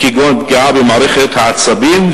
כגון פגיעה במערכת העצבים,